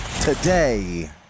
today